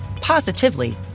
positively